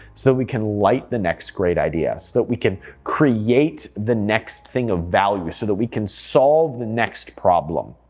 so we can light the next great idea. so that we can create the next thing of value, so that we can solve the next problem.